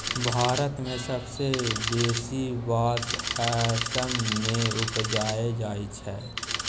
भारत मे सबसँ बेसी बाँस असम मे उपजाएल जाइ छै